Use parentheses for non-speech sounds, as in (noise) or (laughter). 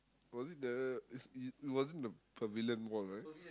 was it the is is it wasn't the Pavilion-Mall right (noise)